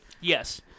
Yes